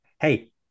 hey